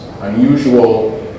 unusual